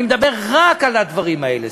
אני מדבר רק על הדברים האלה,